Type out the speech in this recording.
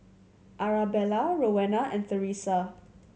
Arabella Rowena and Theresa